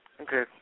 Okay